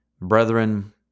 brethren